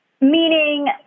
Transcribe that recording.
Meaning